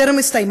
טרם הסתיימה.